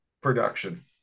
production